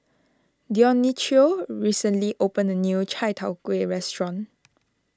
Dionicio recently opened a new Chai Tow Kway restaurant